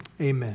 amen